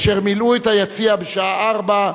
אשר מילאו את היציע בשעה 16:00,